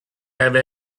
have